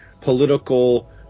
political